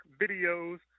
videos